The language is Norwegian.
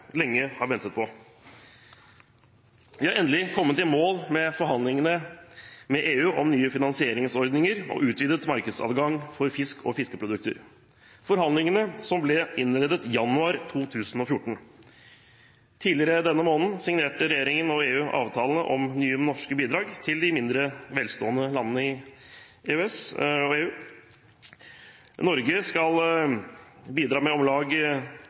lenge har ventet på. Vi har endelig kommet i mål med forhandlingene med EU om nye finansieringsordninger og utvidet markedsadgang for fisk og fiskeprodukter. Forhandlingene ble innledet i januar 2014. Tidligere denne måneden signerte regjeringen og EU avtalene om nye norske bidrag til de mindre velstående landene i EØS og EU. Norge skal bidra med om lag